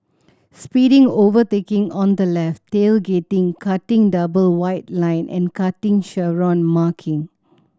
speeding overtaking on the left tailgating cutting double white line and cutting chevron marking